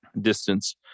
distance